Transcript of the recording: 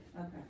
Okay